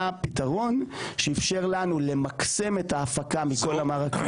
הפתרון שאפשר לנו למקסם את ההפקה מכל המערכת.